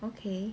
okay